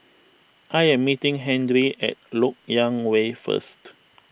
I am meeting Henry at Lok Yang Way first